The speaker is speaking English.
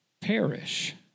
perish